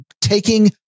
taking